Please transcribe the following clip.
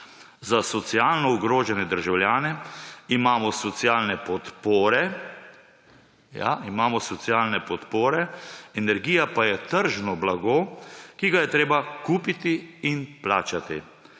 Za socialno ogrožene državljane imamo socialne podpore, ja, imamo socialne podpre, energija pa je tržno blago, ki ga je treba kupiti in plačati.